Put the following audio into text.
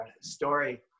story